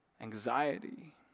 anxiety